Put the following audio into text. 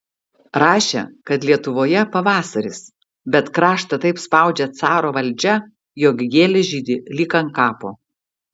rašė kad lietuvoje pavasaris bet kraštą taip spaudžia caro valdžia jog gėlės žydi lyg ant kapo